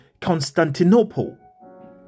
Constantinople